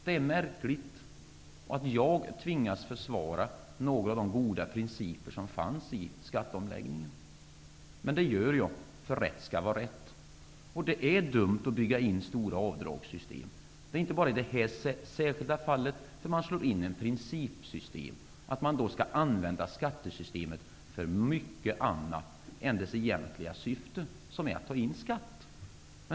Det är märkligt att jag tvingas försvara några av de goda principer som fanns i skatteomläggningen. Men det gör jag, för rätt skall vara rätt. Det är dumt att bygga in stora avdragssystem. Det gäller inte bara det här särskilda fallet. Det handlar om principen att använda skattesystemet för mycket annat än för dess egentliga syfte, som är att ta in skatt.